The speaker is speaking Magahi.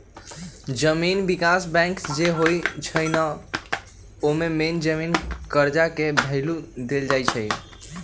जमीन विकास बैंक जे होई छई न ओमे मेन जमीनी कर्जा के भैलु देल जाई छई